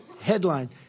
headline